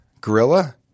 Gorilla